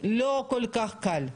לא כל כך קל.